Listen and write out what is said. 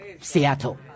Seattle